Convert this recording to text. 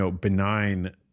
benign